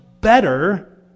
better